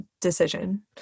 decision